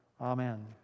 Amen